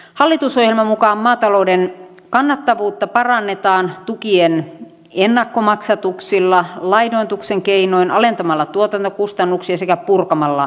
hallitusohjelman mukaan maatalouden kannattavuutta parannetaan tukien ennakkomaksatuksilla lainoituksen keinoin alentamalla tuotantokustannuksia sekä purkamalla normeja